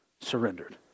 surrendered